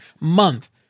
month